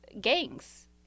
gangs